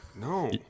no